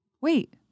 Wait